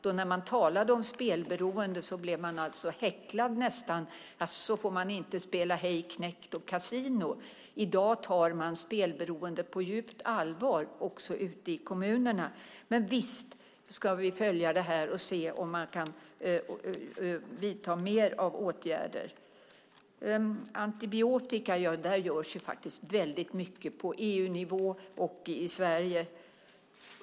Om man då talade om spelberoende blev man nästan häcklad: Jaså, får man inte spela Hej knekt och Casino? I dag tar man spelberoende på djupt allvar också ute i kommunerna. Men visst ska vi följa detta och se om man kan vidta mer av åtgärder. När det gäller antibiotika görs väldigt mycket på EU-nivå och i Sverige.